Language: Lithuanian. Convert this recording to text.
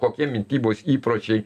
kokie mitybos įpročiai